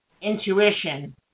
intuition